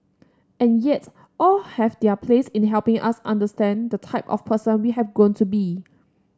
and yet all have their place in helping us understand the type of person we have grown to be